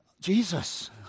Jesus